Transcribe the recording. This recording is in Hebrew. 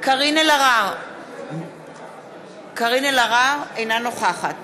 קארין אלהרר, אינה נוכחת